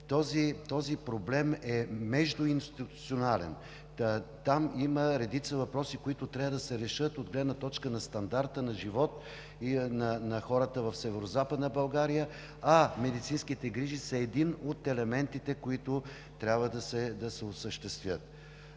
Този проблем е междуинституционален. Там има редица въпроси, които трябва да се решат от гледна точка на стандарта на живот и на хората в Северозападна България, а медицинските грижи са един от елементите, които трябва да се осъществят.